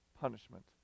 punishment